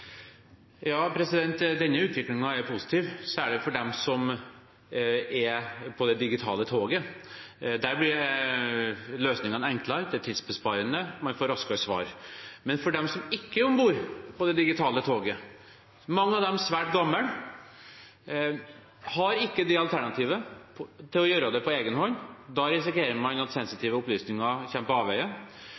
Denne utviklingen er positiv, særlig for dem som er på det digitale toget. Der blir løsningene enklere, det er tidsbesparende, og man får raskere svar. Men de som ikke er om bord på det digitale toget, mange av dem svært gamle, har ikke det alternativet å gjøre det på egen hånd. Da risikerer man at sensitive opplysninger kommer på avveier.